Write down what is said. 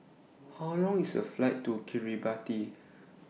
How Long IS The Flight to Kiribati